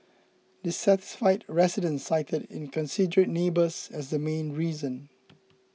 dissatisfied residents cited inconsiderate neighbours as the main reason